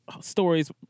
stories